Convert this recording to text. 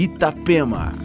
Itapema